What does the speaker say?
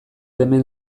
hemen